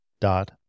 dot